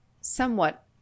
somewhat